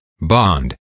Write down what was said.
bond